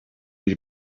być